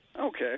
Okay